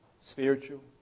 Spiritual